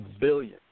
billion